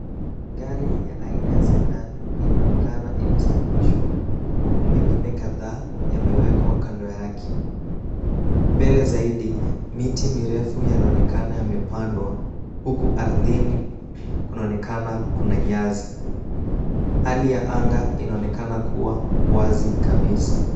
Gari ya aina ya Sedan inaonekana imesimamishwa huku mengine kadhaa yamewekwa kando yake. Mbele zaidi miti mirefu yanaonekana yamepandwa huku ardhini kunaonekana kuna nyasi. Hali ya anga inaonekana kuwa wazi kabisa.